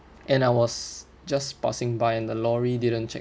and I was just passing by and the lorry didn't check